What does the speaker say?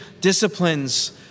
disciplines